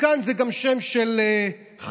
תיקן זה גם שם של חרק,